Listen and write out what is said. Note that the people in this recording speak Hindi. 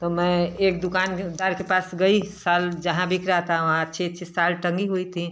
तो मैं एक दुकानदार के पास गई शाल जहाँ बिक रहा था वहाँ अच्छी अच्छी शाल टंगी हुई थी